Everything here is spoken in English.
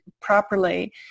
properly